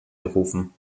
berufen